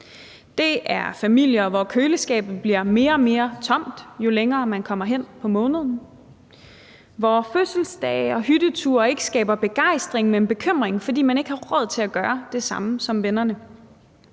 Det er familier, hvor køleskabet bliver mere og mere tomt, jo længere man kommer hen på måneden, hvor fødselsdage og hytteture ikke skaber begejstring, men bekymring, fordi man ikke har råd til at gøre det samme som vennerne.